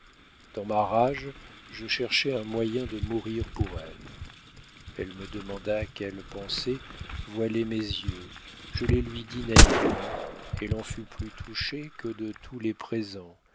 dans ma rage je cherchais un moyen de mourir pour elle elle me demanda quelles pensées voilaient mes yeux je les lui dis naïvement elle en fut plus touchée que de tous les présents